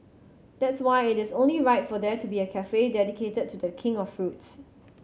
that's why it is only right for there to be a cafe dedicated to The King of fruits